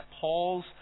Paul's